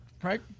right